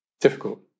Difficult